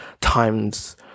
times